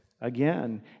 again